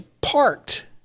parked